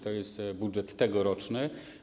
To jest budżet tegoroczny.